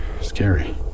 Scary